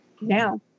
Now